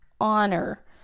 honor